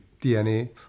DNA